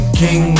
king